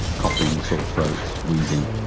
coughing, sore throats, wheezing.